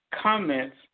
comments